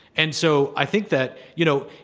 and so i think that, you know,